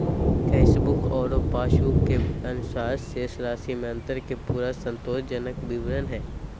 cashbook आरो passbook के अनुसार शेष राशि में अंतर के पूरा संतोषजनक विवरण हइ